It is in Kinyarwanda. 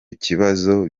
kibazo